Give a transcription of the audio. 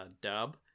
dub